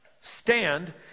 stand